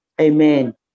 Amen